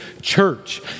church